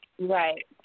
right